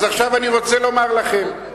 אז עכשיו אני רוצה לומר לכם: